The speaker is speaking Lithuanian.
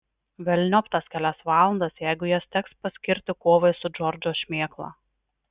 velniop tas kelias valandas jeigu jas teks paskirti kovai su džordžo šmėkla